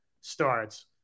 starts